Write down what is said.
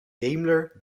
daimler